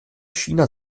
china